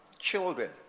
Children